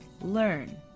learn